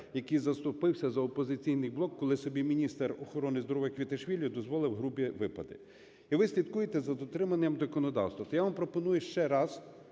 який заступився за "Опозиційний блок", коли собі міністр охорони здоров'я Квіташвілі дозволив грубі випади, і ви слідкуєте за дотриманням законодавства,